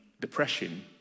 depression